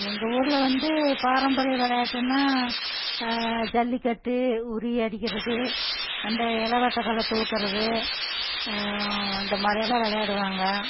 எங்கள் ஊர்ல வந்து பாரம்பரிய விளையாட்டுன்னா ஜல்லி கட்டு உரி அடிக்கிறது அந்த எளவட்டம் கல்லை தூக்கிறது அந்த மாதிரியெல்லாம் விளையாடுவாங்க